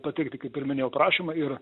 pateikti kaip pirminį jo prašymą ir